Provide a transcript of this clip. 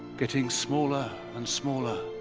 getting smaller and smaller,